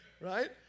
right